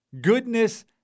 Goodness